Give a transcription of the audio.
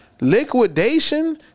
Liquidation